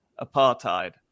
apartheid